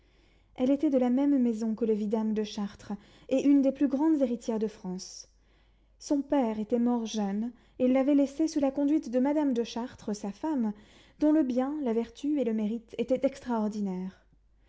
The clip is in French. elle était de la même maison que le vidame de chartres et une des plus grandes héritières de france son père était mort jeune et l'avait laissée sous la conduite de madame de chartres sa femme dont le bien la vertu et le mérite étaient extraordinaires